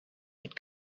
could